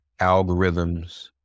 algorithms